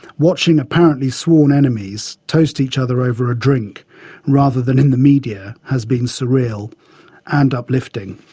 watching apparently sworn enemies toast each other over a drink rather than in the media has been surreal and uplifting.